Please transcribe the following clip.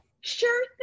sure